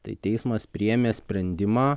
tai teismas priėmė sprendimą